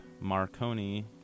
Marconi